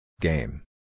Game